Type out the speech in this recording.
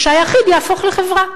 שהיחיד יהפוך לחברה.